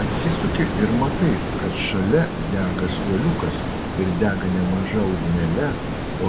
atsisuki ir matai kad šalia dega suoliukas ir dega ne maža ugnele